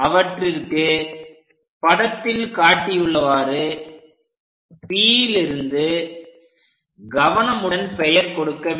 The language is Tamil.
அவற்றிற்கு படத்தில் காட்டியுள்ளவாறு Pலிருந்து கவனமுடன் பெயர் கொடுக்க வேண்டும்